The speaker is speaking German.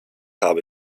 habe